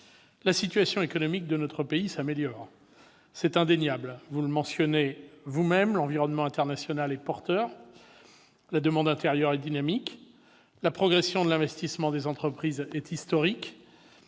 La situation économique de notre pays s'améliore, c'est indéniable : l'environnement international est « porteur », la demande intérieure est « dynamique », la progression de l'investissement des entreprises est « historique